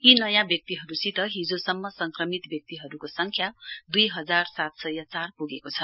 यी नयाँ व्यक्तिहरूसित हिजोसम्म संक्रमित व्यक्तिहरूको संख्या दुइ हजार सात सय चार पुगेको छ